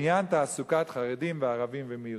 בעניין תעסוקת חרדים וערבים ומיעוטים.